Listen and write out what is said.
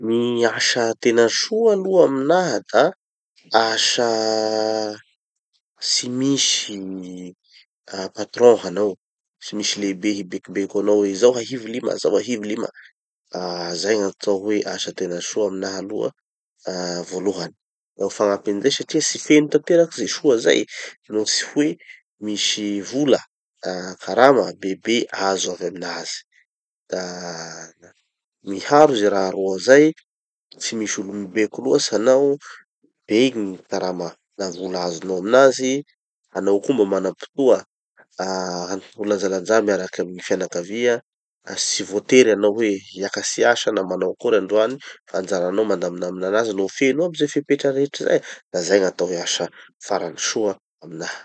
Gny asa tena soa aloha aminaha da asa tsy misy gny ah patron hanao, tsy misy lehibe hibekobeko anao hoe zao ahivo lima zao ahivo lima, ah zay gn'atao hoe asa tena soa aminaha aloha, ah voalohany. Da ho fagnampin'izay satria tsy feno tanteraky ze soa zay no tsy hoe misy vola, ah karama bebe azo avy aminazy. Da miharo ze raha roa zay, tsy misy olo mibeko loatsy hanao, be gny karama na vola azonao aminazy, hanao koa mbo mana-potoa ah ho lanjalanjà miaraky amy gny fianakavia, tsy voatery hanao hoe hiakatry hiasa na manao akory androany, fa anjaranao mandamindamina anazy. No feno aby ze fepetra rehetra zay, da zay gn'atao hoe asa farany soa aminaha.